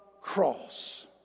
cross